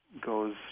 goes